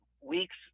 weeks